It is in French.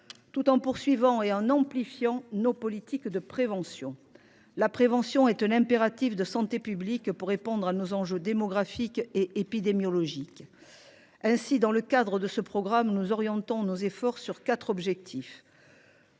tout en poursuivant et en amplifiant nos politiques de prévention. La prévention est un impératif de santé publique pour répondre aux enjeux démographiques et épidémiologiques auxquels nous sommes confrontés. Aussi, dans le cadre de ce programme, nous orientons nos efforts vers quatre objectifs.